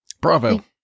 Bravo